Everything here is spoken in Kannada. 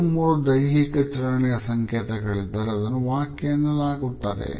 ಎರಡು ಅಥವಾ ಮೂರು ದೈಹಿಕ ಚಲನೆಯ ಸಂಕೇತ ಗಳಿದ್ದರೆ ಅದನ್ನು ವಾಕ್ಯ ಎನ್ನಲಾಗುತ್ತದೆ